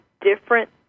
different